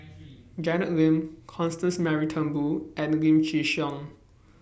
Janet Lim Constance Mary Turnbull and Lim Chin Siong